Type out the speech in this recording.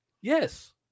Yes